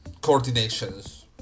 coordinations